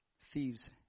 thieves